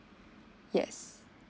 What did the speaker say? yes